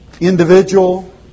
Individual